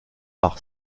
par